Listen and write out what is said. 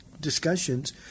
discussions